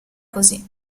così